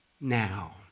now